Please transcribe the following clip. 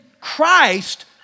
Christ